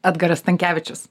edgaras stankevičius